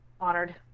honored